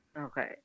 Okay